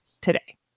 today